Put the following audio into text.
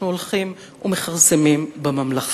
אנחנו הולכים ומכרסמים בממלכה,